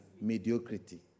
mediocrity